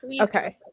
Okay